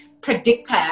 predictor